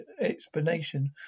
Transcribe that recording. explanation